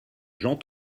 jean